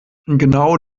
genau